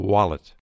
Wallet